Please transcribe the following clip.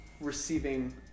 receiving